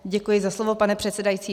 Děkuji za slovo, pane předsedající.